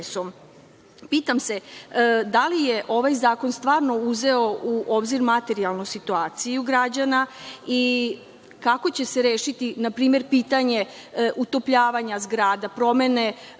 se, da li je ovaj zakon stvarno uzeo u obzir materijalnu situaciju građana i kako će se rešiti, na primer, pitanje utopljavanja zgrada, promene